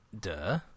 duh